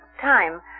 time